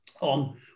on